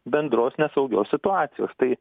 bendros nesaugios situacijos tai